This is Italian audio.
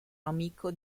amico